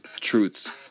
truths